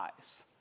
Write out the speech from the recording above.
eyes